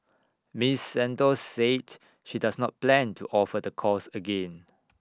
miss Santos said she does not plan to offer the course again